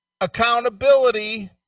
accountability